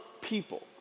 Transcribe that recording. people